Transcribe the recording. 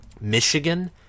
Michigan